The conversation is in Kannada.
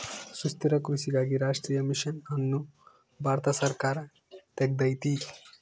ಸುಸ್ಥಿರ ಕೃಷಿಗಾಗಿ ರಾಷ್ಟ್ರೀಯ ಮಿಷನ್ ಅನ್ನು ಭಾರತ ಸರ್ಕಾರ ತೆಗ್ದೈತೀ